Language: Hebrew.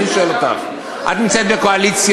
אני שואל אותך: את נמצאת בקואליציה,